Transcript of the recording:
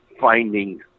finding